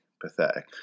Pathetic